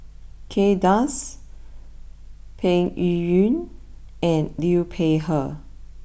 Kay Das Peng Yuyun and Liu Peihe